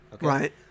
Right